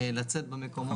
יש מצגות.